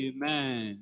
Amen